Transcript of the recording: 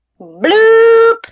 Bloop